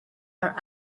are